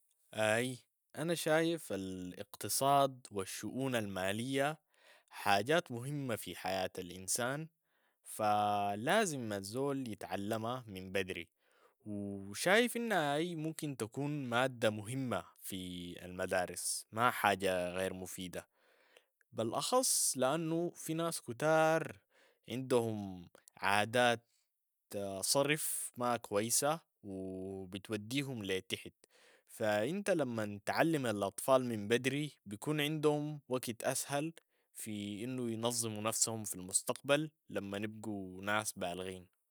اي انا شايف الاقتصاد والشؤون المالية حاجات مهمة في حياة الانسان، فا لازم الزول يتعلمها من بدري و شايف انو اي ممكن تكون مادة مهمة في المدارس، ما حاجة غير مفيدة بلاخص لانو في ناس كتار عندهم عادات صرف ما كويسة وبتوديهم لي تحت، فانت لمن تعلم الاطفال من بدري بيكون عندهم وقت اسهل في انو ينظموا نفسهم في المستقبل لمن يبقوا ناس بالغين.